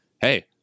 hey